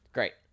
Great